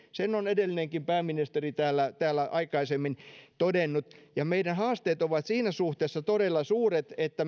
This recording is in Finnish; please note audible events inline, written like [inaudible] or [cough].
sen on edellinenkin pääministeri täällä täällä aikaisemmin todennut meidän haasteet ovat siinä suhteessa todella suuret että [unintelligible]